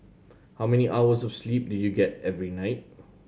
how many hours of sleep do you get every night